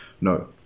No